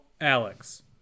Alex